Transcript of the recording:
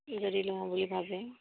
যদি লওঁ বুলি ভাবে